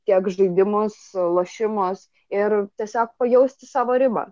tiek žaidimus lošimus ir tiesiog pajausti savo ribą